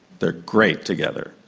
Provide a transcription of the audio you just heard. they are great together.